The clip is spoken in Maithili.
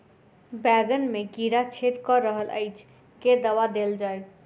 बैंगन मे कीड़ा छेद कऽ रहल एछ केँ दवा देल जाएँ?